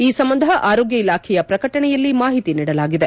ಈ ಸಂಬಂಧ ಆರೋಗ್ಯ ಇಲಾಖೆಯ ಪ್ರಕಟಣೆಯಲ್ಲಿ ಮಾಹಿತಿ ನೀಡಲಾಗಿದೆ